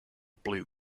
blue